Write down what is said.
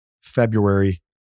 February